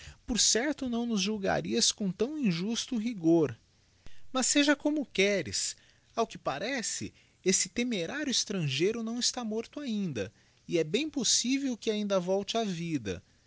por certo nào nos julgarias com lào injusto rigor mas seja como queres ao que parece esse temerário estrangeiro nào está morto ainda e é bem possível que ainda volte á vida